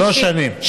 שלוש שנים.